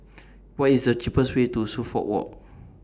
What IS The cheapest Way to Suffolk Walk